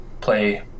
play